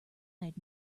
eyed